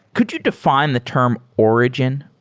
could you define the term origin?